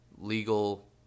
legal